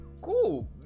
Cool